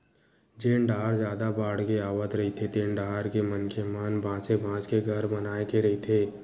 जेन डाहर जादा बाड़गे आवत रहिथे तेन डाहर के मनखे मन बासे बांस के घर बनाए के रहिथे